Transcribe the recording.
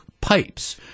pipes